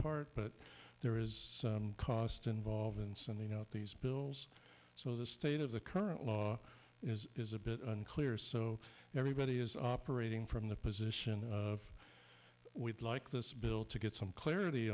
part but there is a cost involved in sending out these bills so the state of the current law is is a bit unclear so everybody is operating from the position of we'd like this bill to get some clarity